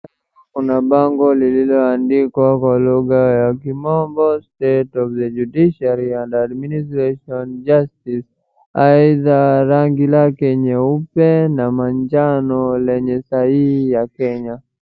Kuna bango lililoandikwa kwa lugha ya kimombo State of the judiciary and administration justice . Either rangi lake nyeupe na majano lenye sahii ya Kenya.